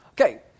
Okay